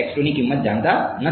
વિદ્યાર્થી આપણે જાણતા નથી